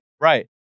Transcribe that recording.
Right